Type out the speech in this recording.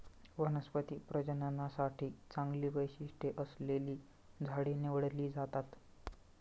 वनस्पती प्रजननासाठी चांगली वैशिष्ट्ये असलेली झाडे निवडली जातात